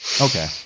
Okay